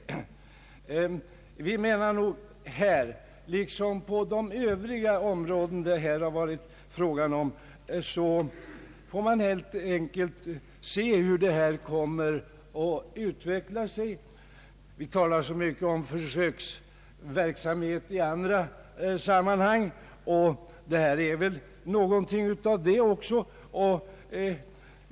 Vi anser beträffande detta, liksom övriga områden det här varit fråga om, att man helt enkelt får avvakta utvecklingen. Vi talar så mycket om försöksverksamhet i andra sammanhang, och detta är väl också något av en försöksverksamhet.